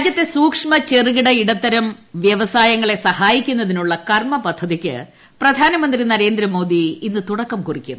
രാജ്യത്തെ സൂക്ഷ്മ ചെറുകിട ഇടത്തരം വൃവസായങ്ങളെ സഹായിക്കുന്നതിനുള്ള കർമ്മപദ്ധതിയ്ക്ക് പ്രധാനമന്ത്രി നരേന്ദ്രമോദി ഇന്ന് തുടക്കം കുറിക്കും